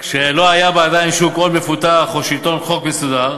כשלא היה בה עדיין שוק הון מפותח או שלטון חוק מסודר,